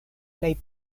plej